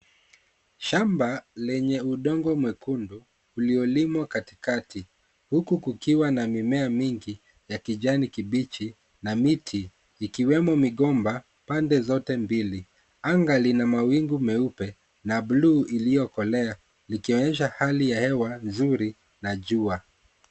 Shamba lenye udongo mekundu uliolimwa katikati, huku kukiwa na mimea mingi ya kijani kibichi, na miti ikiwemo migomba pande zote mbili. Anga lina mawingu meupe na bluu iliyokolea likionyesha hali ya hewa nzuri na jua.